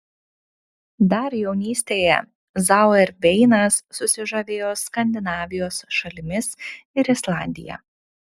dar jaunystėje zauerveinas susižavėjo skandinavijos šalimis ir islandija